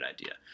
idea